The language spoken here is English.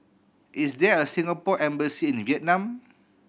is there a Singapore Embassy in Vietnam